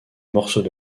morceaux